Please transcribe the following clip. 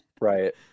Right